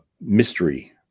mystery